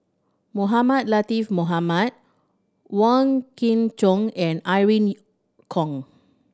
Mohamed Latiff Mohamed Wong Kin Jong and Irene Khong